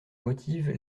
motive